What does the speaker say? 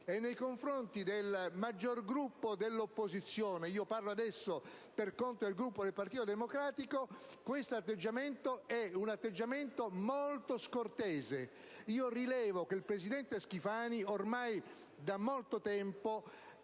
Nei confronti del maggior Gruppo dell'opposizione - parlo per conto del Gruppo del Partito Democratico - quest'atteggiamento è molto scortese. Rilevo che il presidente Schifani, ormai da molto tempo,